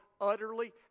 utterly